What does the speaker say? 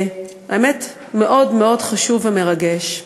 האמת, מאוד מאוד חשוב ומרגש.